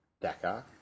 Dakar